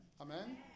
Amen